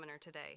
today